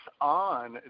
on